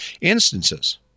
instances